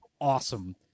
awesome